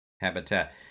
habitat